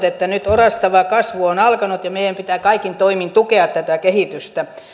että nyt orastava kasvu on alkanut ja meidän pitää kaikin toimin tukea tätä kehitystä